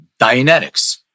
Dianetics